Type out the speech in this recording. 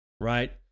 right